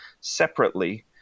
separately